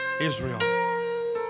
Israel